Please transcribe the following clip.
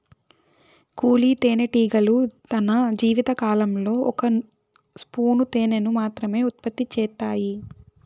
కూలీ తేనెటీగలు తన జీవిత కాలంలో ఒక స్పూను తేనెను మాత్రమె ఉత్పత్తి చేత్తాయి